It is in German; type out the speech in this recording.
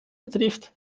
betrifft